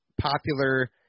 popular